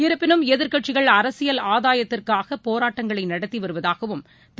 இருப்பினும் எதிர்க்கட்சிகள் அரசியல் ஆதாயத்திற்காகபோராட்டங்களைநடத்திவருவதாகவும் திரு